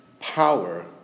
power